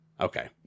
Okay